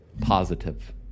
positive